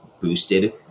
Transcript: boosted